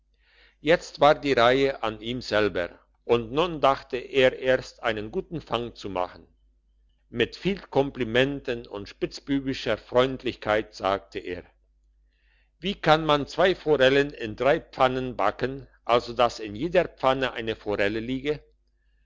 jetzt war die reihe an ihm selber und nun dachte er erst einen guten fang zu machen mit viel komplimenten und spitzbübischer freundlichkeit fragte er wie kann man zwei forellen in drei pfannen backen also dass in jeder pfanne eine forelle liege